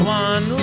one